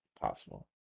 possible